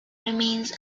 remains